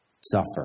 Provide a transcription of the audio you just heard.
suffer